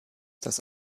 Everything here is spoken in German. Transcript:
das